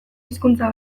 hizkuntza